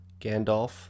Gandalf